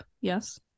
yes